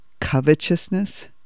covetousness